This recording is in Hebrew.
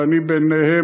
ואני בתוכה,